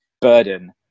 burden